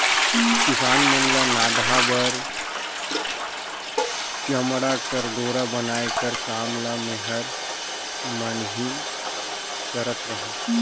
किसान मन ल नाधा बर चमउा कर डोरा बनाए कर काम ल मेहर मन ही करत रहिन